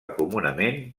comunament